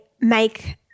make